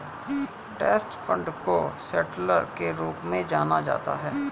trust fund को settlor के रूप में जाना जाता है